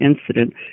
incident